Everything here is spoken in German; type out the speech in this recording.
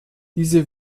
diese